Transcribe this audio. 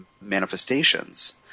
manifestations